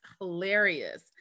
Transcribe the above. hilarious